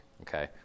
okay